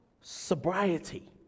sobriety